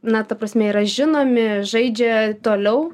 na ta prasme yra žinomi žaidžia toliau